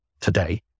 today